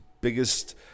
biggest